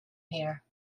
here